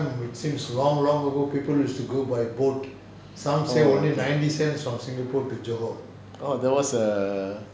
there was a